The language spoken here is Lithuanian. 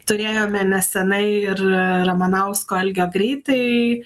turėjome nesenai ir ramanausko algio greitai